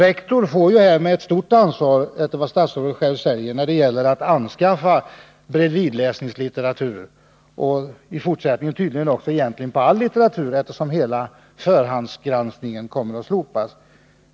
Enligt vad statsrådet själv säger har ju rektor ett stort ansvar när det gäller att anskaffa bredvidläsningslitteratur. I fortsättningen kommer detta tydligen att gälla all litteratur, eftersom hela förhandsgranskningen kommer att slopas.